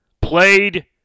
played